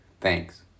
Thanks